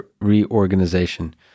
reorganization